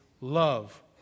love